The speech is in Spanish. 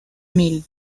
mil